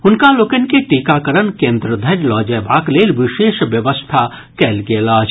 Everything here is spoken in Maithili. हुनका लोकनि के टीकाकरण केन्द्र धरि लऽ जयबाक लेल विशेष व्यवस्था कयल गेल अछि